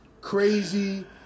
crazy